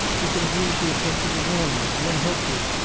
we could have used the attempt as a warning and then helped you.